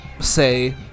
say